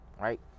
right